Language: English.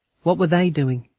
what were they doing?